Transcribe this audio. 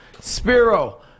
Spiro